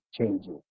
changes